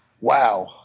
Wow